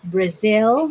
Brazil